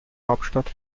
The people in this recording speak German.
hauptstadt